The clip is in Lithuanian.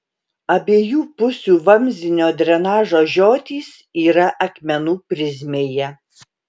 abiejų pusių vamzdinio drenažo žiotys yra akmenų prizmėje